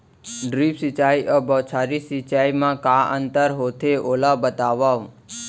Drip सिंचाई अऊ बौछारी सिंचाई मा का अंतर होथे, ओला बतावव?